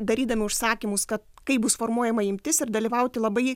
darydami užsakymus kad kai bus formuojama imtis ir dalyvauti labai